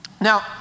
Now